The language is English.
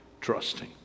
trusting